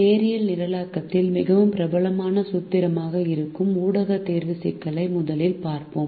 நேரியல் நிரலாக்கத்தில் மிகவும் பிரபலமான சூத்திரமாக இருக்கும் ஊடக தேர்வு சிக்கலை முதலில் பார்ப்போம்